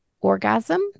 orgasm